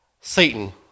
Satan